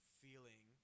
feeling